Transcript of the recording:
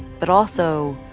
but also,